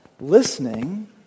listening